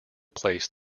placed